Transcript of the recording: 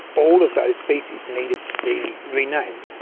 all of those species needed to be renamed,